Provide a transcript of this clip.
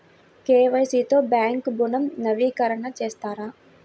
KYC తో bank ఋణం నవీకరణ చేస్తారా?